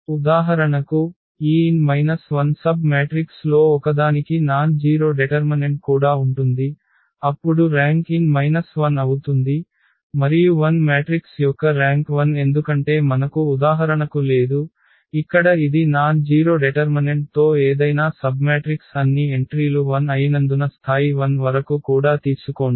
ఉదాహరణకు ఈ n 1 submatrix లో ఒకదానికి నాన్ జీరొ డెటర్మనెంట్ కూడా ఉంటుంది అప్పుడు ర్యాంక్ n 1 అవుతుంది మరియు 0 మ్యాట్రిక్స్ యొక్క ర్యాంక్ 0 ఎందుకంటే మనకు ఉదాహరణకు లేదు ఇక్కడ ఇది నాన్ జీరొ డెటర్మనెంట్తో ఏదైనా సబ్మ్యాట్రిక్స్ అన్ని ఎంట్రీలు 0 అయినందున స్థాయి 1 వరకు కూడా తీసుకోండి